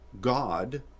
God